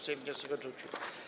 Sejm wniosek odrzucił.